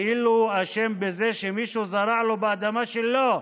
כאילו הוא אשם בזה שמישהו שתל לו באדמה שלו,